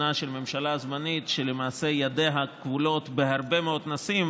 של ממשלה זמנית שלמעשה ידיה כבולות בהרבה מאוד נושאים,